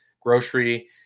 grocery